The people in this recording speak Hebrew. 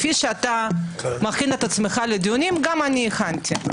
כפי שאתה מכין עצמך לדיונים גם אני הכנתי.